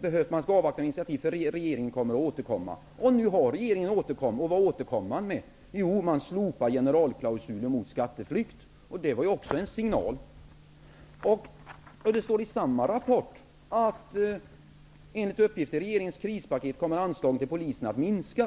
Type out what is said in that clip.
eftersom regeringen skulle återkomma. Nu har regeringen återkommit, men vad återkom man med? Jo, man ville slopa generalklausulen mot skatteflykt. Och det var ju också en signal. Vidare står det i samma rapport: ''Enligt uppgift i regeringens krispaket kommer anslagen till polisen att minska''.